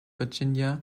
virginia